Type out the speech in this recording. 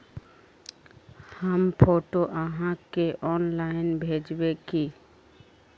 हम फोटो आहाँ के ऑनलाइन भेजबे की?